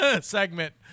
segment